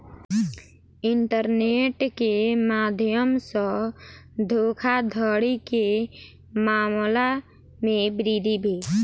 internet के माध्यम सॅ धोखाधड़ी के मामला में वृद्धि भेल